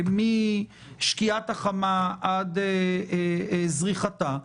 משקיעת החמה עד זריחתה,